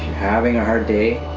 having a hard day,